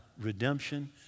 redemption